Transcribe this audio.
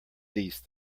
these